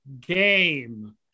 game